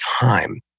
time